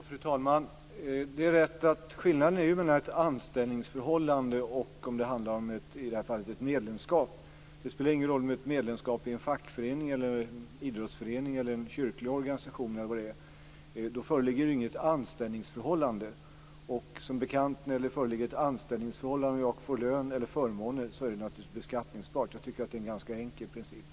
Fru talman! Det är rätt att det är skillnad om det handlar om ett anställningsförhållande och i det här fallet ett medlemskap. Det spelar ingen roll om det är ett medlemskap i en fackförening, en idrottsförening eller en kyrklig organisation. Då föreligger det inget anställningsförhållande. När det föreligger ett anställningsförhållande och jag får lön eller förmåner är det naturligtvis beskattningsbart. Jag tycker att det är en ganska enkel princip.